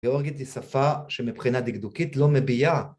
גיאורגית היא שפה שמבחינה דקדוקית לא מביעה